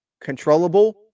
controllable